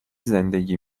زندگی